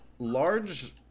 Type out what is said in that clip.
Large